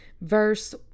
verse